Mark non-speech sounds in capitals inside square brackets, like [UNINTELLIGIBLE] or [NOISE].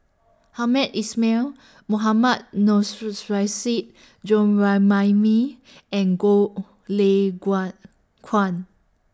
Hamed Ismail Mohammad [UNINTELLIGIBLE] and Goh Lay [UNINTELLIGIBLE] Kuan